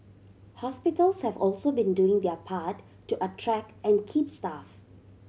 hospitals have also been doing their part to attract and keep staff